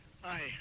Hi